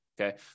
okay